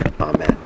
Amen